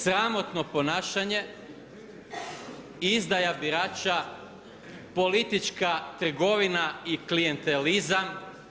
Sramotno ponašanje i izdaja birača, politička trgovina i klijentelizam.